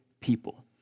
people